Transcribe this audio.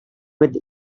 with